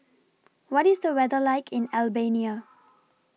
What IS The weather like in Albania